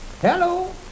Hello